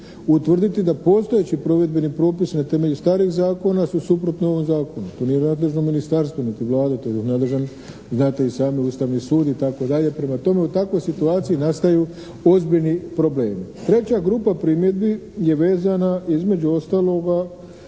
utvrditi da postojeći provedbeni propis na temelju starih zakona su suprotno ovom Zakonu? To nije nadležno ministarstvo, niti Vlada, to je nadležan znate i sami Ustavni sud itd. Prema tome, u takvoj situaciji nastaju ozbiljni problemi. Treća grupa primjedbi je vezana između ostaloga